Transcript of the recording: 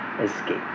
escape